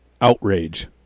outrage